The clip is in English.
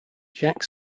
jack